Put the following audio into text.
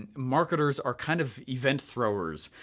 and marketers are kind of event throwers,